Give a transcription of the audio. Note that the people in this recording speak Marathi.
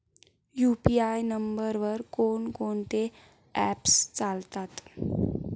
यु.पी.आय नंबरवर कोण कोणते ऍप्स चालतात?